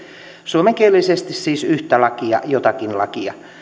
suomenkielisesti siis yhtä lakia jotakin lakia